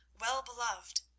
well-beloved